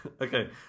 okay